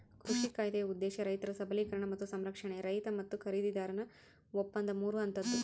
ಕೃಷಿ ಕಾಯ್ದೆಯ ಉದ್ದೇಶ ರೈತರ ಸಬಲೀಕರಣ ಮತ್ತು ಸಂರಕ್ಷಣೆ ರೈತ ಮತ್ತು ಖರೀದಿದಾರನ ಒಪ್ಪಂದ ಮೂರು ಹಂತದ್ದು